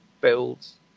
builds